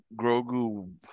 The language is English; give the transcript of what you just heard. Grogu